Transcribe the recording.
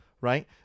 right